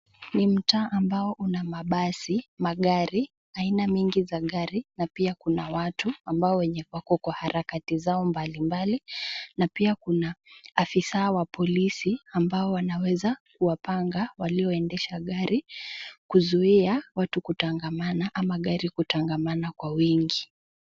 Ni mtaa ambao una mabasi, magari, aina mingi za gari, na pia kuna watu ambao wenye wako kwa harakati zao mbalimbali, na pia kuna afisa wa polisi ambao wanaweza kuwapanga walioendesha gari kuzuia watu kutangamana ama gari kutangamana kwa wingi.